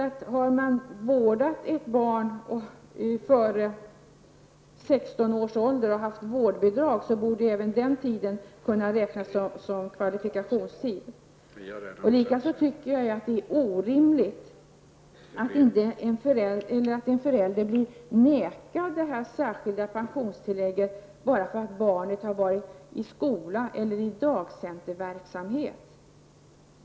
Har man vårdat ett barn under 16 års ålder och haft vårdbidrag borde även denna tid kunna räknas som kvalifikationstid. Jag anser likaså att det är orimligt att en förälder blir nekad det särskilda pensionstillägget bara därför att barnet har varit i skola eller i dagcenterverksamhet.